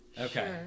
Okay